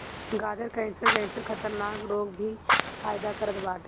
गाजर कैंसर जइसन खतरनाक रोग में भी फायदा करत बाटे